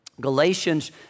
Galatians